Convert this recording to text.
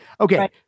Okay